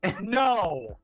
No